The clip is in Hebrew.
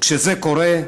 וכשזה קורה,